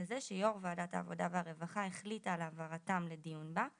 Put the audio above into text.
הזה שיו"ר ועדת העבודה והרווחה החליטה על העברתם לדיון בה,